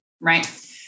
right